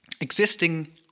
existing